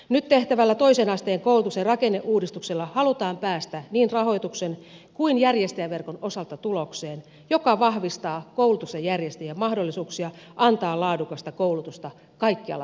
nyt tehtävällä toisen asteen koulutuksen rakenneuudistuksella halutaan päästä niin rahoituksen kuin järjestäjäverkonkin osalta tulokseen joka vahvistaa koulutuksen järjestäjien mahdollisuuksia antaa laadukasta koulutusta kaikkialla suomessa